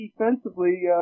defensively